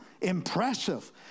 impressive